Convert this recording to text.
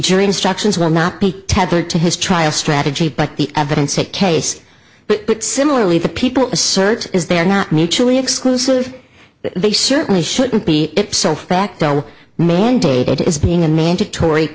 jury instructions will not be tethered to his trial strategy but the evidence that case similarly the people assert is they are not mutually exclusive they certainly shouldn't be so facto mandated as being a mandatory